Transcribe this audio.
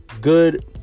good